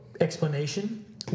explanation